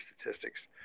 statistics